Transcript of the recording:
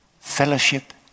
fellowship